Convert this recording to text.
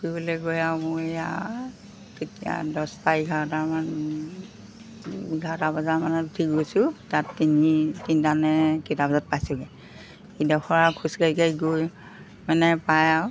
ফুৰিবলৈ গৈ আৰু মোৰ আৰু কেতিয়া দচটা এঘাৰটামান এঘাৰটা বজামানত উঠি গৈছোঁ তাত তিনি তিনিটানে কেইটা বজাত পাইছোঁগৈ ইডোখৰ আৰু খোজ কাঢ়ি কাঢ়ি গৈ মানে পাই আৰু